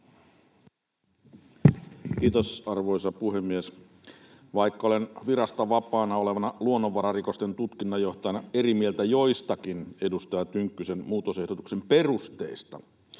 Kiitos, arvoisa puhemies! Vaikka olen virasta vapaana olevana luonnonvararikosten tutkinnanjohtajana eri mieltä joistakin edustaja Tynkkysen muu-tosehdotuksen perusteista